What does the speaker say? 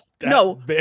No